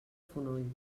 fonoll